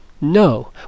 No